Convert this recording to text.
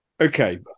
Okay